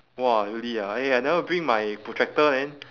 !wah! really ah eh I never bring my protractor man